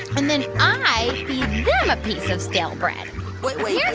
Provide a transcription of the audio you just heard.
and then i feed them a piece of stale bread wait. wait yeah